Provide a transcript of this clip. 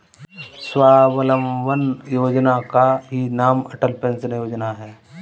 स्वावलंबन योजना का ही नाम अटल पेंशन योजना है